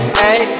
hey